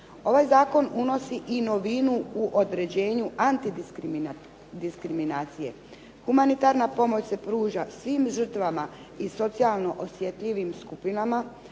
Ovaj zakon unosi i novinu u određenju antidiskriminacije. Humanitarna pomoć se pruža svim žrtvama i socijalno osjetljivim skupinama